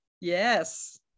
Yes